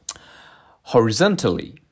horizontally